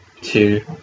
two